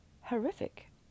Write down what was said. horrific